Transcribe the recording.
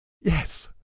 Yes